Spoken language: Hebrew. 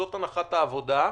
זאת הנחת העבודה,